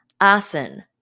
arson